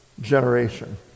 generation